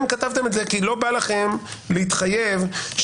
כתבתם את זה כי לא בא לכם להתחייב שכאשר